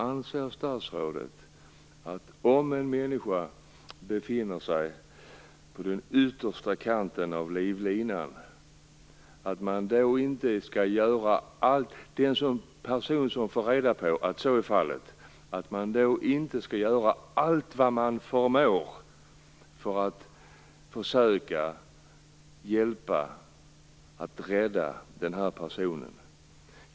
Anser statsrådet - och nu är jag allvarlig - att om en människa befinner sig på den yttersta kanten av livlinan, skall då den som får reda på att så är fallet inte göra allt vad den förmår för att försöka att hjälpa och rädda den personen?